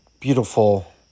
beautiful